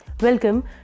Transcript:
Welcome